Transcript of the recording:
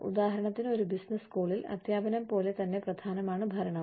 ഉദാഹരണത്തിന് ഒരു ബിസിനസ് സ്കൂളിൽ അദ്ധ്യാപനം പോലെ തന്നെ പ്രധാനമാണ് ഭരണവും